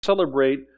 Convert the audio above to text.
Celebrate